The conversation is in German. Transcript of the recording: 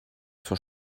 zur